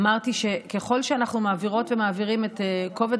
אמרתי שככל שאנחנו מעבירות ומעבירים את כובד